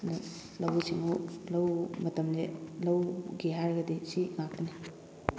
ꯑꯗꯨ ꯂꯧꯎ ꯁꯤꯡꯎ ꯂꯧ ꯃꯇꯝꯁꯦ ꯂꯧꯒꯤ ꯍꯥꯏꯔꯒꯗꯤ ꯁꯤ ꯉꯥꯛꯇꯅꯤ